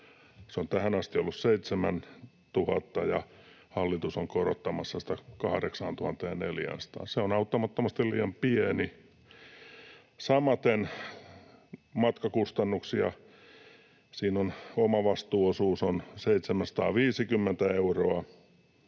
Se on tähän asti ollut 7 000, ja hallitus on korottamassa sitä 8 400:aan — se on auttamattomasti liian pieni. Samaten matkakustannuksissa omavastuuosuus on 750 euroa,